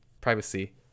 Privacy